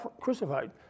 crucified